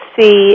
see